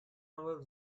our